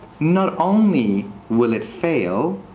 not only will it fail,